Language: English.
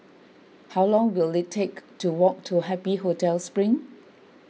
how long will it take to walk to Happy Hotel Spring